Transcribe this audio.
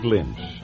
Lynch